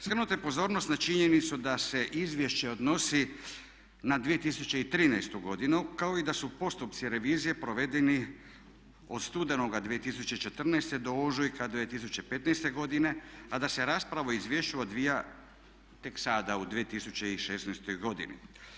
Skrenuta je pozornost na činjenicu da se izvješće odnosi na 2013. godinu kao i da su postupci revizije provedeni od studenoga 2014. do ožujka 2105. godine a da se rasprava o izvješću odvija tek sada u 2016. godini.